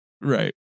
Right